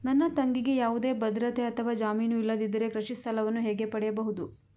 ನನ್ನ ತಂಗಿಗೆ ಯಾವುದೇ ಭದ್ರತೆ ಅಥವಾ ಜಾಮೀನು ಇಲ್ಲದಿದ್ದರೆ ಕೃಷಿ ಸಾಲವನ್ನು ಹೇಗೆ ಪಡೆಯಬಹುದು?